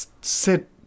sit